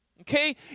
okay